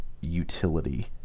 utility